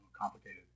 complicated